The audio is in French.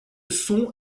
son